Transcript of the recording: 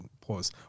pause